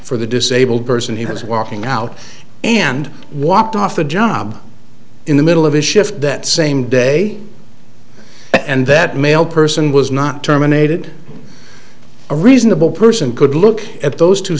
for the disabled person he was walking out and walked off the job in the middle of his shift that same day and that male person was not terminated a reasonable person could look at those two